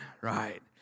right